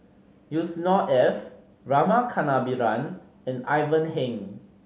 Yusnor Ef Rama Kannabiran and Ivan Heng